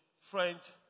French